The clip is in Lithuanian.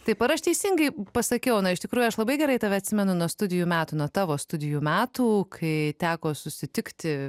taip ar aš teisingai pasakiau na iš tikrųjų aš labai gerai tave atsimenu nuo studijų metų nuo tavo studijų metų kai teko susitikti